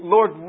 Lord